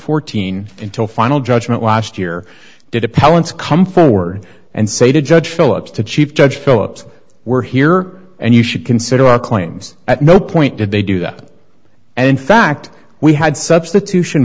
fourteen until final judgment last year did appellants come forward and say to judge phillips to chief judge phillips we're here and you should consider our claims at no point did they do that and in fact we had substitution